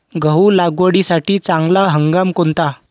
गहू लागवडीसाठी चांगला हंगाम कोणता?